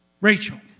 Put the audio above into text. Rachel